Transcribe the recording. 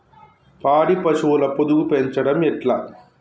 పాడి పశువుల పొదుగు పెంచడం ఎట్లా?